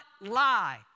lie